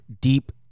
deep